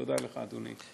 תודה לך, אדוני.